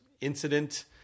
incident